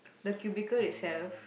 the cubicle itself